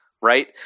right